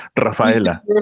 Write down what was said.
Rafaela